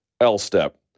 L-step